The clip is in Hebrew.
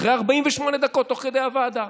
אחרי 48 דקות, תוך כדי הוועדה.